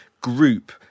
group